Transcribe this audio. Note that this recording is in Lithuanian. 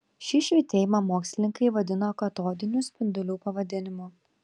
šį švytėjimą mokslininkai vadino katodinių spindulių pavadinimu